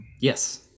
Yes